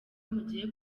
mugiye